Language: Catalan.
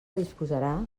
disposarà